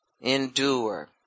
Endure